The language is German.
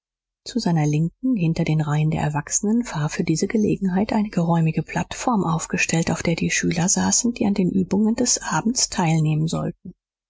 zu seiner linken hinter den reihen der erwachsenen war für diese gelegenheit eine geräumige plattform aufgestellt auf der die schüler saßen die an den übungen des abends teilnehmen sollten